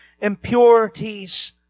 impurities